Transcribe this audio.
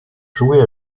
jouée